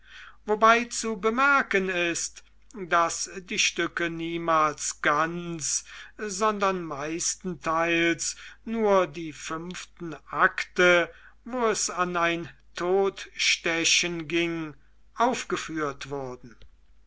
wobei zu bemerken ist daß die stücke niemals ganz sondern meistenteils nur die fünften akte wo es an ein totstechen ging aufgeführt wurden